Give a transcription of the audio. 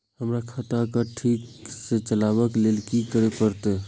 हमरा खाता क ठीक स चलबाक लेल की करे परतै